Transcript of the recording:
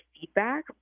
feedback